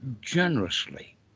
generously